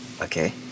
Okay